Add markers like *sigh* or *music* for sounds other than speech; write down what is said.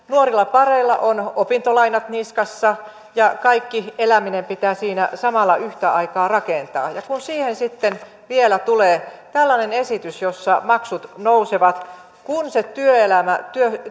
*unintelligible* nuorillapareilla on opintolainat niskassaan ja kaikki eläminen pitää siinä samalla yhtä aikaa rakentaa ja kun siihen vielä tulee tällainen esitys jossa maksut nousevat kun